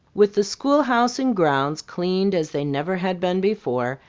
with the schoolhouse and grounds cleaned as they never had been before,